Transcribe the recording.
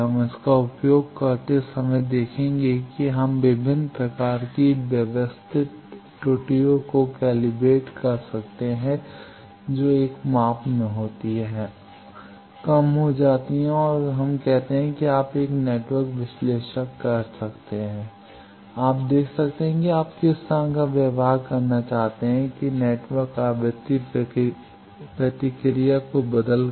हम इसका उपयोग करते समय देखेंगे कि यदि हम विभिन्न प्रकार की व्यवस्थित त्रुटियों को कैलिब्रेट करते हैं जो एक माप में होती है कम हो जाती है तो हम कहते हैं कि आप एक नेटवर्क विश्लेषक कर सकते हैं आप देख सकते हैं कि आप किस तरह का व्यवहार देखना चाहते हैं की एक नेटवर्क आवृत्ति प्रतिक्रिया को बदलकर